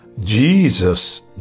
Jesus